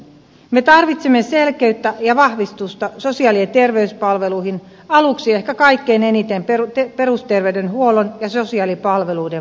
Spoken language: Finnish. me tarvitsemme selkeyttä ja vahvistusta sosiaali ja terveyspalveluihin aluksi ehkä kaikkein eniten perusterveydenhuollon ja sosiaalipalveluiden vahvistamiseen